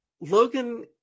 Logan